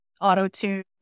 auto-tune